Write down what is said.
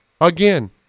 Again